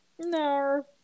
no